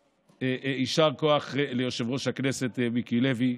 יישר כוח ליושב-ראש הכנסת מיקי לוי.